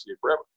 forever